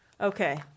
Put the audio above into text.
Okay